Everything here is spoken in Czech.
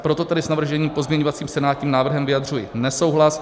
Proto tedy s navrženým pozměňovacím senátním návrhem vyjadřuji nesouhlas.